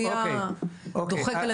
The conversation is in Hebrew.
דוחק.